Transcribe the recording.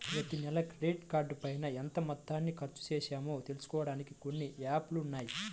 ప్రతినెలా క్రెడిట్ కార్డుపైన ఎంత మొత్తాన్ని ఖర్చుచేశామో తెలుసుకోడానికి కొన్ని యాప్ లు ఉన్నాయి